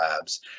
labs